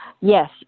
Yes